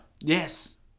yes